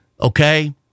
Okay